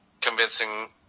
convincing